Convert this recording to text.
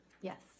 Yes